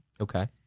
Okay